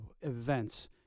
events